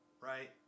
right